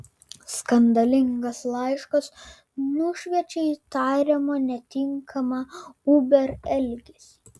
skandalingas laiškas nušviečia įtariamą netinkamą uber elgesį